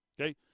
Okay